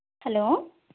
hello